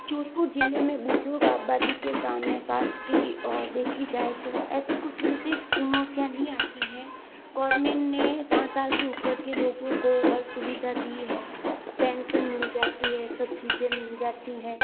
जोधपुर जिले में बुजुर्ग आबादी के सामने स्वास्थ्य की और देखी जाए तो ऐसी कुछ विशेष चुनौतियाँ नहीं आती है गवर्नमेंट ने साठ साल के ऊपर के लोगों को हर सुविधा दी है पेंशन मिल जाती है सब चीज़ें मिल जाती हैं